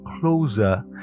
closer